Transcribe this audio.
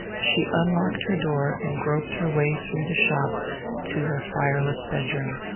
she unlocked her door and groped her way through the shop to her fireless bedroom.